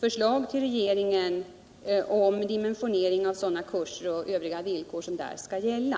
förslag till regeringen till dimesioneringen av sådana kurser och övriga villkor som där skall gälla.